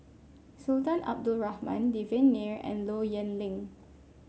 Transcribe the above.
Sultan Abdul Rahman Devan Nair and Low Yen Ling